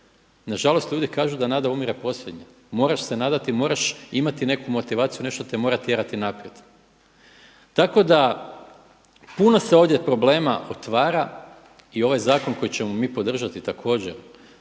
Nažalost ljudi kažu da nada umire posljednja. Moraš se nadati, moraš imati neku motivaciju, nešto te mora tjerati naprijed. Tako da puno se ovdje problema otvara i ovaj zakon koji ćemo mi podržati također